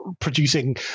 producing